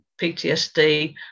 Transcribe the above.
ptsd